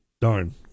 darn